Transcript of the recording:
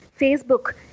Facebook